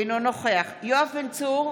אינו נוכח יואב בן צור,